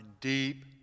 deep